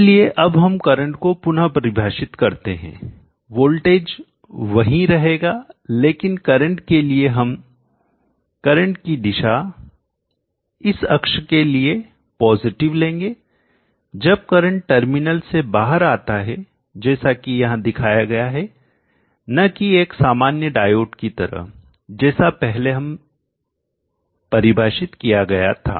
इसलिए अब हम करंट को पुनः परिभाषित करते हैं वोल्टेज वही रहेगा लेकिन करंट के लिए हम करंट की दिशा इस अक्ष के लिए पॉजिटिव धनात्मक लेंगे जब करंट टर्मिनल से बाहर जाता है जैसा कि यहां दिखाया गया है न की एक सामान्य डायोड की तरह जैसा पहले परिभाषित किया गया था